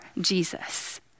Jesus